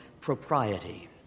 propriety